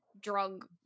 drug